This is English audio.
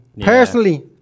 Personally